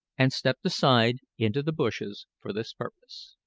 and stepped aside into the bushes for this purpose.